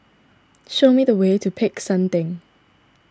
show me the way to Peck San theng